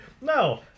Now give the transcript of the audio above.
No